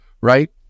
right